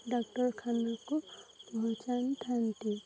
ଡାକ୍ତରଖାନାକୁ ପହଁଞ୍ଚାଇଥାନ୍ତି